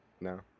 No